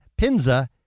Pinza